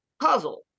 puzzle